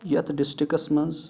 یَتھ ڈِسٹرکَس منٛز